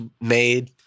made